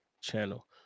channel